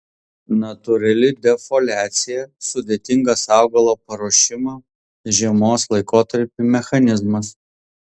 natūrali defoliacija sudėtingas augalo paruošimo žiemos laikotarpiui mechanizmas